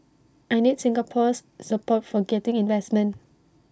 I need Singapore's support for getting investment